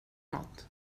nåt